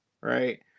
right